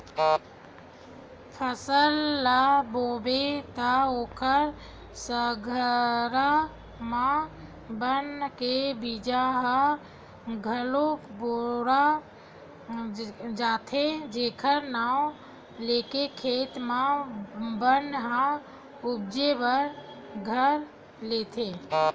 फसल ल बोबे त ओखर संघरा म बन के बीजा ह घलोक बोवा जाथे जेखर नांव लेके खेत म बन ह उपजे बर धर लेथे